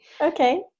okay